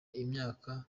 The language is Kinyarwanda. imyaka